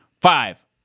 Five